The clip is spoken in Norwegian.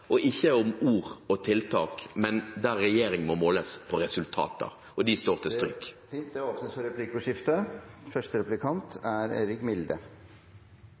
og ikke om ord og tiltak. Regjeringen måles på resultater – og de står til stryk. Det blir replikkordskifte.